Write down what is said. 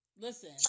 Listen